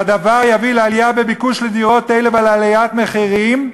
והדבר יביא לעלייה בביקוש לדירות אלה ולפיכך אף לעליית מחירים,